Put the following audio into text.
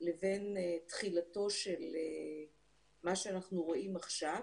לבין תחילתו של מה שאנחנו רואים עכשיו.